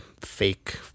fake